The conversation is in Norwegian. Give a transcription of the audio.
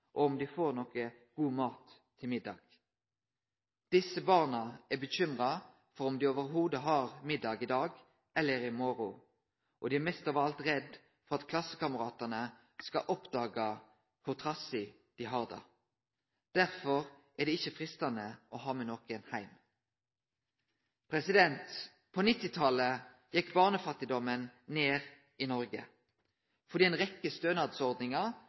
og om dei får god mat til middag. Desse barna er bekymra for om dei i det heile har middag i dag eller i morgon, og dei er mest av alt redde for at klassekameratane skal oppdage kor trasig dei har det. Derfor er det ikkje freistande å ha med nokon heim. På 1990-talet gjekk barnefattigdomen ned i Noreg fordi